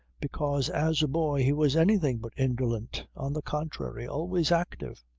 because as a boy he was anything but indolent. on the contrary. always active.